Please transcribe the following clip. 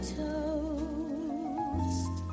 toast